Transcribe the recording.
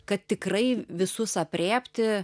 kad tikrai visus aprėpti